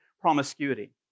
promiscuity